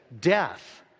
death